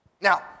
Now